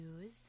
news